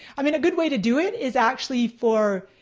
i mean a good way to do it is actually for